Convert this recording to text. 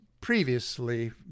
previously